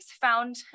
found